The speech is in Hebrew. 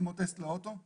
כמו טסט לאוטו.